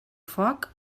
foc